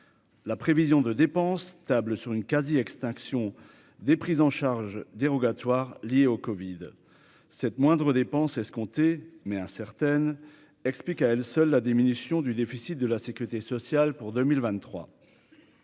la prévision de dépenses tablent sur une quasi-extinction des prises en charge dérogatoire liée au Covid 7 moindres dépenses escompté mais incertaine, explique à elle seule, la diminution du déficit de la Sécurité sociale pour 2023